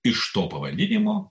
iš to pavadinimo